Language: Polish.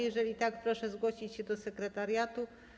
Jeżeli tak, proszę zgłosić się do sekretariatu.